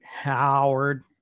Howard